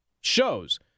shows